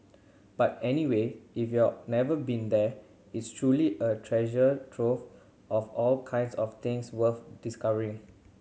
but anyway if you're never been there it's truly a treasure trove of all kinds of things worth discovering